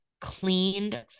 cleaned